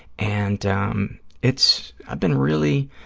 and um it's, i've been really,